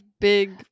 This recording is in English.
Big